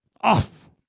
off